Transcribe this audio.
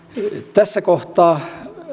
tässä kohtaa